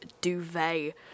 Duvet